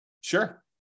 Sure